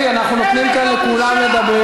אין לך בושה.